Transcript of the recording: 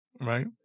right